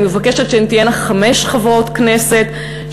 אני מבקשת שהן תהיינה חמש חברות כנסת,